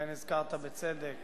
אכן הזכרת בצדק